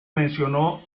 mencionó